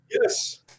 Yes